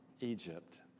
Egypt